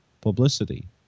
publicity